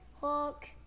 Hulk